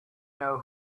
know